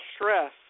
stress